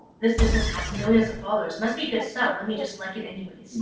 this business has millions of followers, must be good stuff, let me just like it anyways.